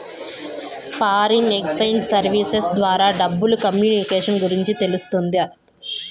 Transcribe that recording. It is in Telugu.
ఫారిన్ ఎక్సేంజ్ సర్వీసెస్ ద్వారా డబ్బులు కమ్యూనికేషన్స్ గురించి తెలుస్తాది